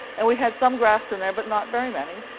and we had some graphs in there, but not very many.